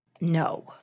No